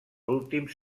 últims